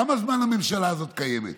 כמה זמן הממשלה הזאת קיימת?